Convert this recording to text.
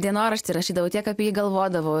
dienoraštį rašydavau tiek apie jį galvodavau